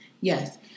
Yes